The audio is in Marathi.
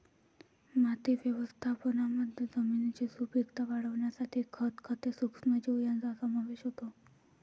माती व्यवस्थापनामध्ये जमिनीची सुपीकता वाढवण्यासाठी खत, खते, सूक्ष्मजीव यांचा समावेश होतो